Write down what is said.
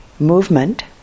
Movement